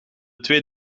twee